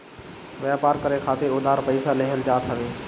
व्यापार करे खातिर उधार पईसा लेहल जात हवे